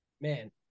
Man